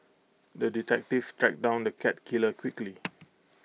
the detective tracked down the cat killer quickly